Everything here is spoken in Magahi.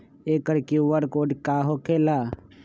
एकर कियु.आर कोड का होकेला?